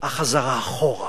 החזרה אחורה